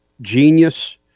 genius